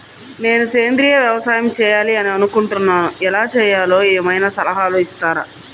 నేను సేంద్రియ వ్యవసాయం చేయాలి అని అనుకుంటున్నాను, ఎలా చేయాలో ఏమయినా సలహాలు ఇస్తారా?